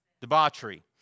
Debauchery